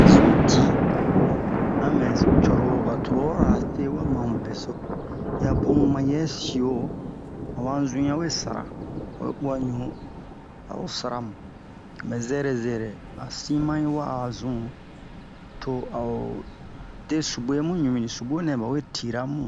A zun ti a mɛ coro o ba tubabura se wa ma mu beso yi'a bun mayɛ sio ho han zu'i yawe sara oyi uwa ɲu a'o sara mu mɛ zɛrɛ zɛrɛ han sima hi wa'a zun to a'o de sube mu ɲu ni sube nɛ ba we tira mu